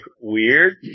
weird